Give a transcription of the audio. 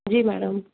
जी madam